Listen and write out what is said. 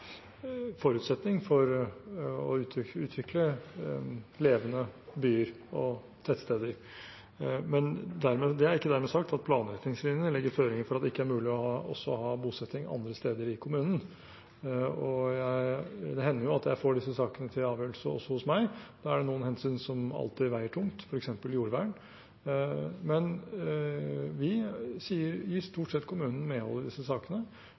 forutsetning for å utvikle levende byer og tettsteder. Det er ikke dermed sagt at planretningslinjene legger føringer for at det ikke er mulig å ha bosetting også andre steder i kommunen. Det hender at jeg får disse sakene til avgjørelse hos meg. Da er det noen hensyn som alltid veier tungt, f.eks. jordvern. Men vi gir stort sett kommunene medhold i disse sakene